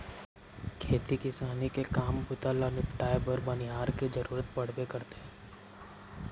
खेती किसानी के काम बूता ल निपटाए बर बनिहार के जरूरत पड़बे करथे